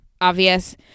obvious